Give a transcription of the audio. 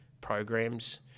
programs